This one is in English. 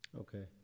okay